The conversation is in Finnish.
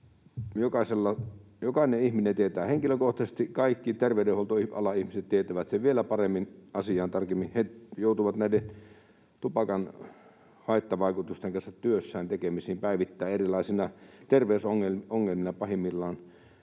jokainen ihminen tietää henkilökohtaisesti, kaikki terveydenhuoltoalan ihmiset tietävät ne vielä paremmin. He joutuvat näiden tupakan haittavaikutusten kanssa työssään tekemisiin päivittäin erilaisina terveysongelmina ja pahimmillaan